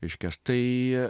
reiškias tai